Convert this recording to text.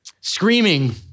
screaming